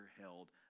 held